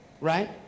Right